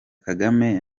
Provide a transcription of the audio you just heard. kagame